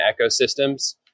ecosystems